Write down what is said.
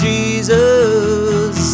Jesus